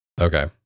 okay